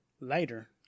Later